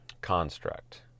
construct